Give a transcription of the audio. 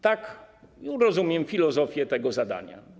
Tak rozumiem filozofię tego zadania.